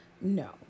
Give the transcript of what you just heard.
No